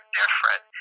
different